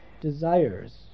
desires